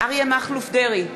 אריה מכלוף דרעי,